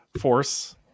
force